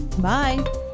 Bye